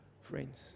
friends